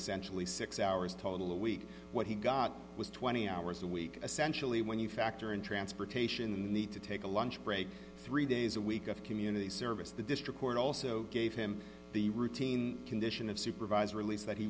essentially six hours total a week what he got was twenty hours a week essential when you factor in transportation the to take a lunch break three days a week of community service the district court also gave him the routine condition of supervised rel